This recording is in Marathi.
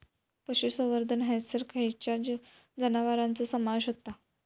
पशुसंवर्धन हैसर खैयच्या जनावरांचो समावेश व्हता?